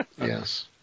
Yes